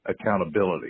accountability